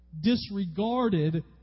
disregarded